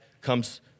comes